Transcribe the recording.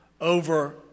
over